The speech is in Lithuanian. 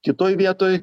kitoj vietoj